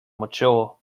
mature